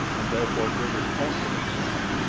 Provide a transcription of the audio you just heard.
and therefore greater confidence in them,